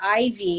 IV